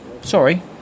Sorry